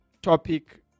topic